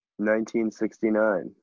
1969